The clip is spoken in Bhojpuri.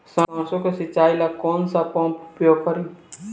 सरसो के सिंचाई ला कौन सा पंप उपयोग करी?